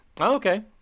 okay